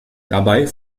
dabei